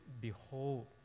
behold